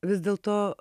vis dėlto